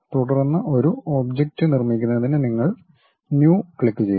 തുടർന്ന് ഒരു ഒബ്ജക്റ്റ് നിർമ്മിക്കുന്നതിന് നിങ്ങൾ ന്യു ക്ലിക്കുചെയ്യണം